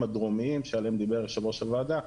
הדרומיים שעליהם דיבר יו"ר הוועדה,